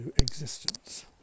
existence